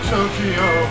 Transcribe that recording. Tokyo